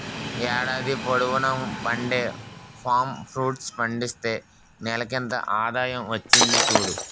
ఏడాది పొడువునా పండే పామ్ ఫ్రూట్ పండిస్తే నెలకింత ఆదాయం వచ్చింది సూడు